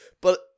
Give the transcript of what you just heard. but-